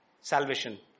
Salvation